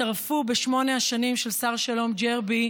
בשמונה השנים של שר שלום ג'רבי,